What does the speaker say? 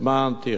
תכנון,